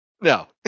No